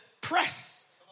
press